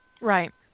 Right